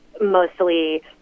mostly